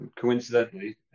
coincidentally